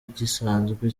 gisanzwe